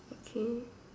okay